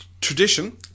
tradition